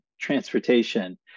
transportation